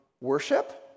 worship